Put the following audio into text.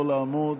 לא לעמוד.